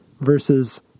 versus